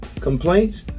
complaints